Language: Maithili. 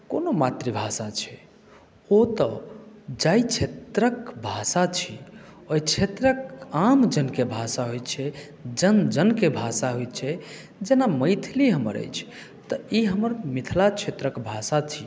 कोनो मातृभाषा छै ओ तऽ जाहि क्षेत्रक भाषा छी ओहि क्षेत्रक आम जनके भाषा होइत छै जन जनके भाषा होइत छै जेना मैथिली हमर अछि तऽ ई हमर मिथिला क्षेत्रक भाषा छी